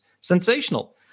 sensational